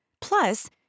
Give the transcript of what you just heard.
Plus